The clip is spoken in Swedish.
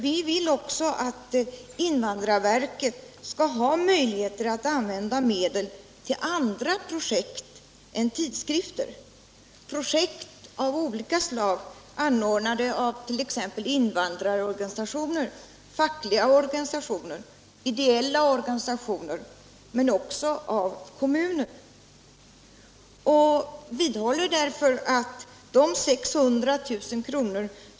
Vi vill också att invandrarverket skall ha möjligheter att använda medel till andra projekt än tidskrifter, projekt av olika slag, anordnade av t.ex. invandrarorganisationer, fackliga organisationer och ideella organisationer men också av kommunen. Vi vidhåller därför att de 600 000 kr.